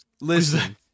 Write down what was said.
listen